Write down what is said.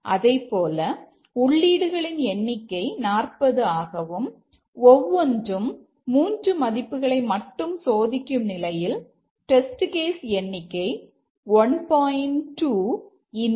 அதைப்போல உள்ளீடுகளின் எண்ணிக்கை 40 ஆகவும் ஒவ்வொன்றும் 3 மதிப்புகளை மட்டும் சோதிக்கும் நிலையில் டெஸ்ட் கேஸ் எண்ணிக்கை 1